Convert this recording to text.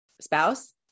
spouse